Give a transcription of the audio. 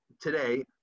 today